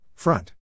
Front